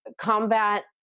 combat